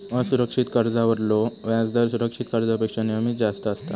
असुरक्षित कर्जावरलो व्याजदर सुरक्षित कर्जापेक्षा नेहमीच जास्त असता